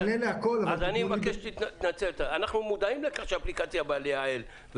אנחנו מודעים לכך שהאפליקציה באה לייעל,